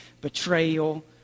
betrayal